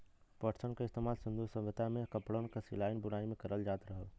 पटसन क इस्तेमाल सिन्धु सभ्यता में कपड़न क सिलाई बुनाई में करल जात रहल